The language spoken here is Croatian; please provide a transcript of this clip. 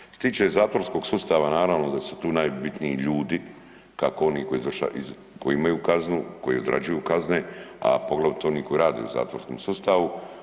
Što se tiče zatvorskog sustava naravno da su tu najbitniji ljudi kako oni koji imaju kaznu, koji odrađuju kazne, a poglavito oni koji rade u zatvorskom sustavu.